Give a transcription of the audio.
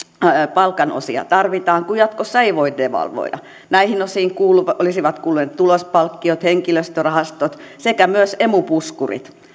palkanosia tarvitaan kun jatkossa ei voi devalvoida näihin osiin olisivat kuuluneet tulospalkkiot henkilöstörahastot sekä myös emu puskurit